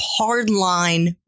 hardline